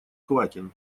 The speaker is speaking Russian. квакин